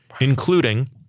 including